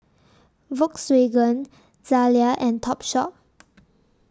Volkswagen Zalia and Topshop